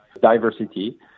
diversity